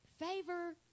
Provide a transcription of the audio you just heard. Favor